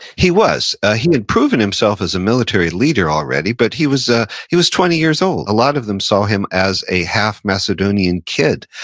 he was. ah he had proven himself as a military leader already, but he was ah he was twenty years old. a lot of them saw him as a half-macedonian kid,